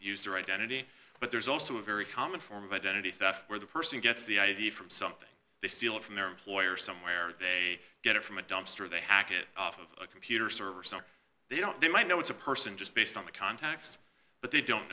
used their identity but there's also a very common form of identity theft where the person gets the id from something they steal it from their employer somewhere they get it from a dumpster they hack it a computer server so they don't they might know it's a person just based on the context but they don't